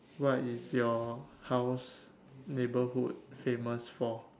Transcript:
what is your house neighborhood famous for